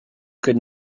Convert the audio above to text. could